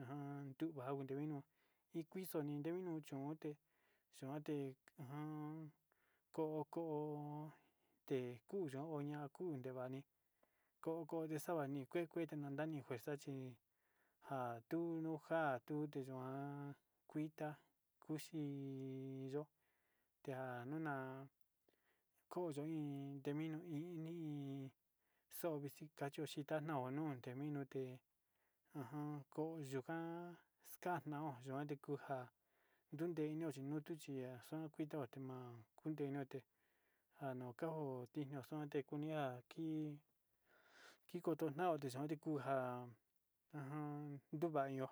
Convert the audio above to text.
ajan nduva'a tute mino inkuixo tute mino chón ute xoaten ajan koko tekuu xa'a oña'a kuu ndevani ko'o texavañi nikue kue ñaxani fuerza chi atunuja tuteyuan kuita kuxii iyo'o tia nona kox rute mino ini'ó xoni tii kacho chita nonon rute mino té ajan ko'o yuu kan exkano yuan ndekuxa ndenio chiyutuxia uun kito mua ndenote njanokao utinio kute kuxunia ki kikotonao oyuu nikuxia onduva'a inió.